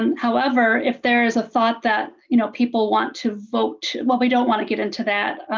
and however, if there is a thought that you know people want to vote well we don't want to get into that.